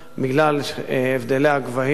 בגלל הבדלי הגבהים,